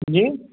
जी